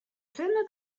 filme